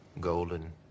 golden